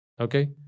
Okay